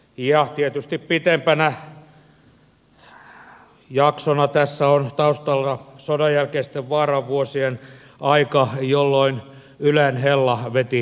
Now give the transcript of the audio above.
ja tietysti pitempänä jaksona tässä on taustalla sodanjälkeisten vaaran vuosien aika jolloin ylen hella veti idästä päin